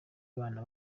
bana